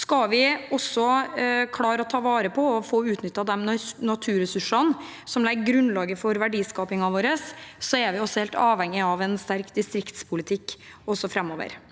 klare å ta vare på og få utnyttet de naturressursene som legger grunnlaget for verdiskapingen vår, er vi helt avhengige av en sterk distriktspolitikk framover.